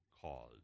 cause